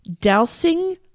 dousing